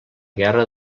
guerra